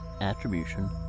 Attribution